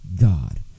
God